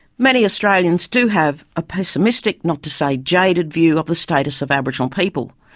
many australians do have a pessimistic, not to say jaded, view of the status of aboriginal people.